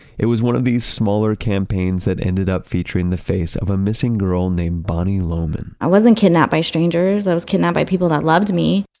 it was one of the smaller campaigns that ended up featuring the face of a missing girl named bonnie loman i wasn't kidnapped by strangers, i was kidnapped by people that loved me.